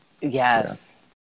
yes